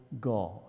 God